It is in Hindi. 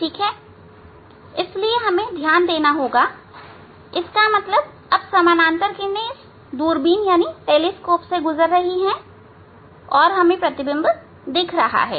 ठीक है इसलिए अब हमें ध्यान देना होगा इसका मतलब अब समानांतर किरणें इस दूरबीन से गुजर रही है और हमें प्रतिबिंब दिख रहा है